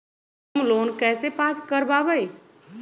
Home loan कैसे पास कर बाबई?